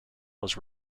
was